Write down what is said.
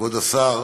כבוד השר,